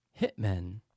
hitmen